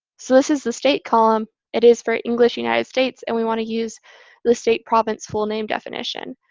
so this is the state column. it is for english united states. and we want to use the state province full name definition.